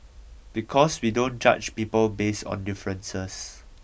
because we don't judge people based on differences